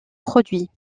produit